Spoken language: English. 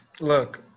Look